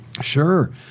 Sure